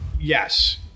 Yes